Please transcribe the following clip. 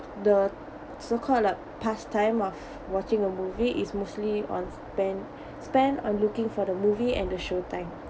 the so called like pastime of watching a movie is mostly on spend spend on looking for the movie and the showtime